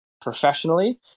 professionally